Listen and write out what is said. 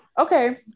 okay